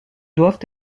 doivent